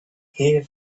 here